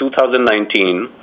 2019